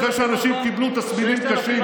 אחרי שאנשים קיבלו תסמינים קשים.